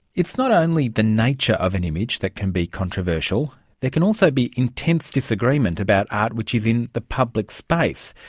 it's not only the nature of an image that can be controversial, there can also be intense disagreement about art which is in the public space,